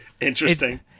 Interesting